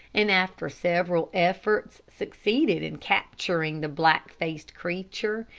and after several efforts succeeded in capturing the black-faced creature,